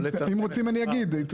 אם רוצים אני אגיד.